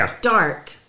dark